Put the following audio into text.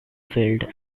field